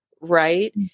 right